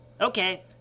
Okay